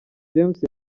james